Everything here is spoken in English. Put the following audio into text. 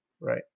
Right